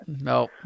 no